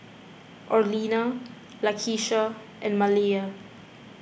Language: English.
Orlena Lakeisha and Maleah